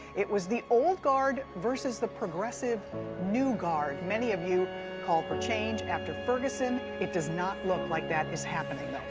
it was the old guard versus the progressive new guard. many of you called for change after ferguson. it does not look like that is happening, though.